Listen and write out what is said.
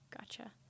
Gotcha